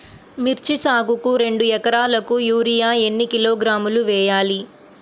మిర్చి సాగుకు రెండు ఏకరాలకు యూరియా ఏన్ని కిలోగ్రాములు వేయాలి?